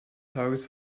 tages